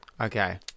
Okay